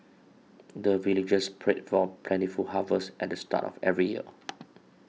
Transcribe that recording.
the villagers pray for plentiful harvest at the start of every year